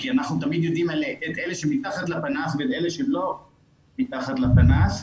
כי אנחנו תמיד יודעים את אלה שמתחת לפנס ואת אלה שלא מתחת לפנס,